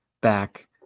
back